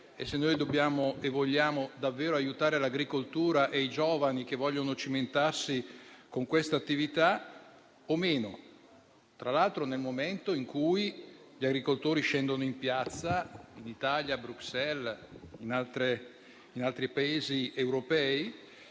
è se dobbiamo e vogliamo davvero aiutare l'agricoltura e i giovani che vogliono cimentarsi con questa attività o meno, tra l'altro nel momento in cui gli agricoltori scendono in piazza in Italia, a Bruxelles, in altri Paesi europei.